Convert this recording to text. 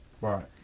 Right